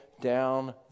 down